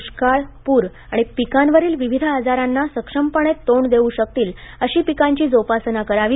दुष्काळ पूर आणि पिकांवरील विविध आजारांना सक्षमपणे तोंड देऊ शकतील अशी पिकांची जोपासना करावी